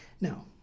Now